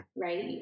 right